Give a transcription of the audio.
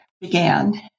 began